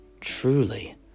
Truly